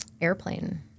Airplane